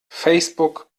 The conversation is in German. facebook